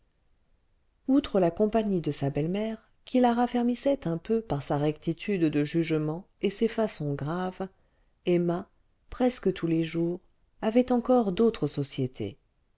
outre la compagnie de sa belle-mère qui la raffermissait un peu par sa rectitude de jugement et ses façons graves emma presque tous les jours avait encore d'autres sociétés